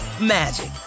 magic